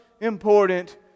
important